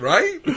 Right